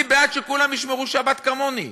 אני בעד שכולם ישמרו שבת כמוני,